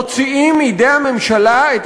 את